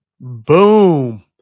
Boom